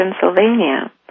Pennsylvania